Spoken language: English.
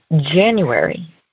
January